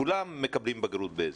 כולם מקבלים בגרות באזרחות.